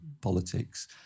politics